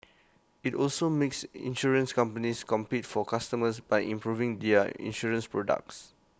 IT also makes insurance companies compete for customers by improving their insurance products